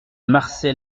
marcel